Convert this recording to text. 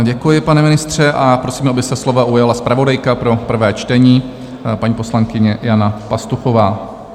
Děkuji, pane ministře, a prosím, aby se slova ujala zpravodajka pro prvé čtení, paní poslankyně Jana Pastuchová.